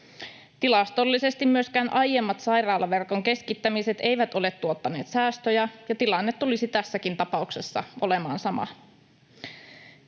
Tilastollisesti myöskään aiemmat sairaalaverkon keskittämiset eivät ole tuottaneet säästöjä, ja tilanne tulisi tässäkin tapauksessa olemaan sama.